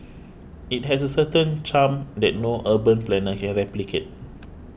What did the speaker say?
it has a certain charm that no urban planner can replicate